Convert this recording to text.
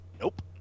nope